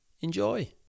Enjoy